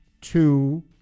two